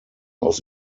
aus